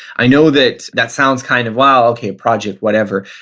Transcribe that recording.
i know that that sounds kind of wow, okay a project, whatever.